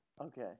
Okay